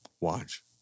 Watch